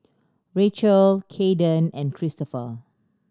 Rachael Cayden and Cristopher